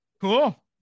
Cool